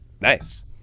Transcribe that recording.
Nice